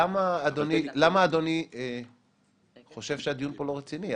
למה אדוני חושב שהדיון פה לא רציני?